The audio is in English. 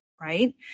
right